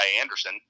Anderson